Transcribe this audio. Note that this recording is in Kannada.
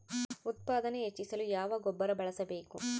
ಉತ್ಪಾದನೆ ಹೆಚ್ಚಿಸಲು ಯಾವ ಗೊಬ್ಬರ ಬಳಸಬೇಕು?